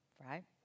right